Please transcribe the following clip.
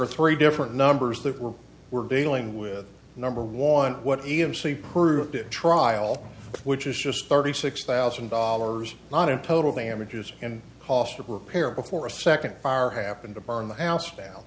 are three different numbers that we're we're dealing with number one what e m c proved it trial which is just thirty six thousand dollars not in total damages and cost of repair before a second fire happened to burn the house dow